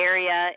Area